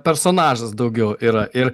personažas daugiau yra ir